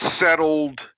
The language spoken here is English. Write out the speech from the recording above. settled